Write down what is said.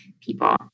people